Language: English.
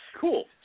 Cool